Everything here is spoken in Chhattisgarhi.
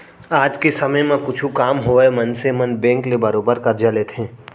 आज के समे म कुछु काम होवय मनसे मन बेंक ले बरोबर करजा लेथें